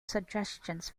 suggestions